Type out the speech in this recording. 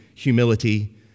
humility